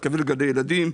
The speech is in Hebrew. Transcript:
אני מתכוון לגני ילדים,